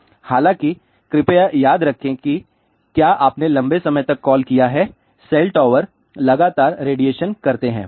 हालांकि कृपया याद रखें कि क्या आपने लंबे समय तक कॉल किया है सेल टॉवर लगातार रेडिएशन करते हैं